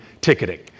ticketing